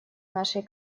нашей